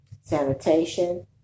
Sanitation